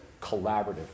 collaborative